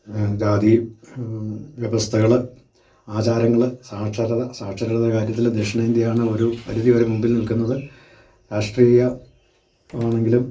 ജാതി വ്യവസ്ഥകൾ ആചാരങ്ങൾ സാക്ഷരത സാക്ഷരതയുടെ കാര്യത്തിൽ ദക്ഷിണേന്ത്യയാണ് ഒരു പരിധിവരെ മുമ്പിൽ നിൽക്കുന്നത് രാഷ്ട്രീയം ആണെങ്കിലും